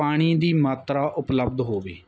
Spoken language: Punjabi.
ਪਾਣੀ ਦੀ ਮਾਤਰਾ ਉਪਲਬਧ ਹੋਵੇ